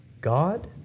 God